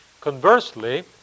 Conversely